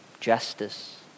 justice